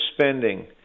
spending